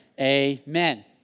amen